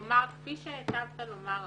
כפי שהיטבת לומר הבוקר,